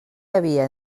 havia